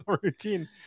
routine